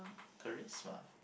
charisma